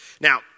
Now